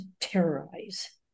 terrorize